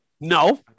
No